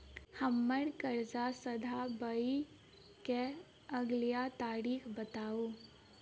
हम्मर कर्जा सधाबई केँ अगिला तारीख बताऊ?